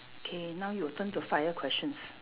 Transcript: K now your turn to fire questions